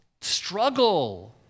struggle